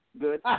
good